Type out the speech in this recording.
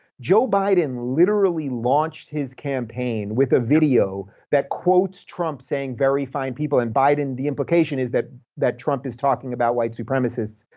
joe biden literally launched his campaign with a video that quotes trump saying very fine people, and the implication is that that trump is talking about white supremacists,